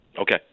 Okay